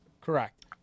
correct